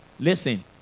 Listen